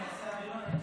אני אעשה אווירון.